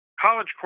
college